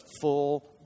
full